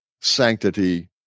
sanctity